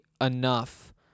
enough